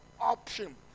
option